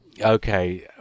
Okay